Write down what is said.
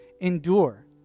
endure